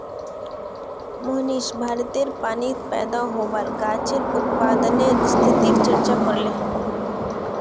मोहनीश भारतेर पानीत पैदा होबार गाछेर उत्पादनेर स्थितिर चर्चा करले